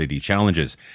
challenges